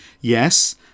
Yes